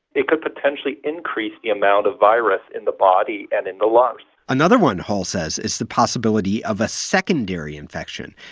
it could potentially increase the amount of virus in the body and in the lungs another one, hall says, is the possibility of a secondary infection,